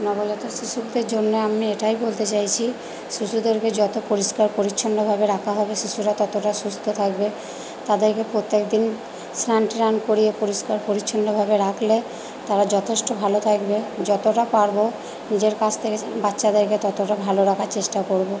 নবজাতক শিশুদের জন্যে আমি এটাই বলতে চাইছি শিশুদেরকে যত পরিষ্কার পরিছন্নভাবে রাখা হবে শিশুরা ততটা সুস্থ থাকবে তাদেরকে প্রত্যেকদিন স্নান ট্রান করিয়ে পরিষ্কার পরিছন্নভাবে রাকলে তারা যথেষ্ট ভালো থাকবে যতটা পারবো নিজের কাছ থেকে বাচ্চাদেরকে ততটা ভালো রাখার চেষ্টা করবো